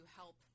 help